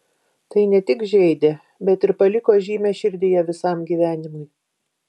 tai ne tik žeidė bet ir paliko žymę širdyje visam gyvenimui